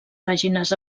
pàgines